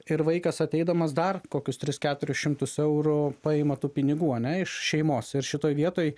ir vaikas ateidamas dar kokius tris keturis šimtus eurų paima tų pinigų ane iš šeimos ir šitoj vietoj